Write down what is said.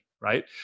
right